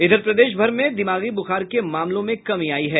इधर प्रदेश भर में दिमागी बुखार के मामलों में कमी आयी है